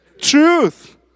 truth